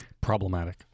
Problematic